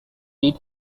did